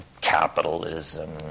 capitalism